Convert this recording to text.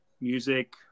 music